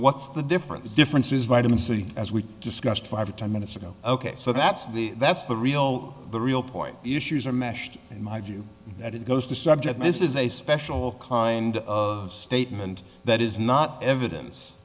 what's the difference is difference is vitamin c as we discussed five or ten minutes ago ok so that's the that's the real the real point issues are mashed in my view that it goes to subject this is a special kind of statement that is not evidence